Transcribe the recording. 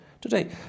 today